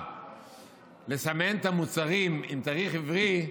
לסמן את המוצרים עם תאריך עברי,